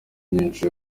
myinshi